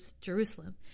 Jerusalem